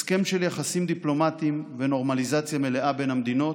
הסכם של יחסים דיפלומטיים ונורמליזציה מלאה בין המדינות,